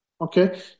Okay